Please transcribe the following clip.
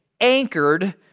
anchored